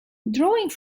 drawing